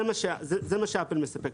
זה מה ש"אפל" מספקת.